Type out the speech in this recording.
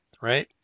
right